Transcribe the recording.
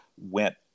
went